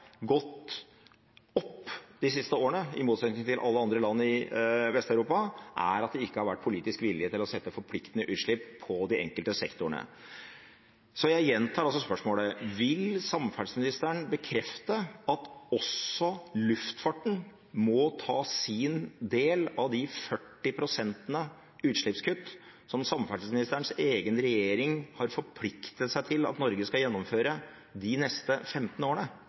gått opp de siste årene i motsetning til alle andre land i Vest-Europa, er at det ikke har vært politisk vilje til å sette forpliktende utslippsmål på de enkelte sektorene. Så jeg gjentar spørsmålet: Vil samferdselsministeren bekrefte at også luftfarten må ta sin del av de 40 pst. utslippskutt som samferdselsministerens egen regjering har forpliktet seg til at Norge skal gjennomføre de neste 15 årene?